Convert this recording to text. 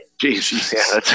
Jesus